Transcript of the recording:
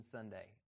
Sunday